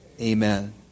amen